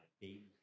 baby